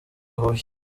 huye